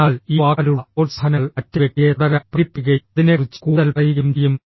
അതിനാൽ ഈ വാക്കാലുള്ള പ്രോത്സാഹനങ്ങൾ മറ്റേ വ്യക്തിയെ തുടരാൻ പ്രേരിപ്പിക്കുകയും അതിനെക്കുറിച്ച് കൂടുതൽ പറയുകയും ചെയ്യും